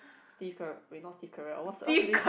Steve-Carell wait not Steve-Carrell what's the what's the name